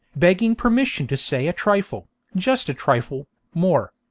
begging permission to say a trifle, just a trifle, more.